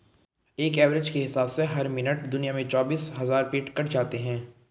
एक एवरेज के हिसाब से हर मिनट दुनिया में चौबीस हज़ार पेड़ कट जाते हैं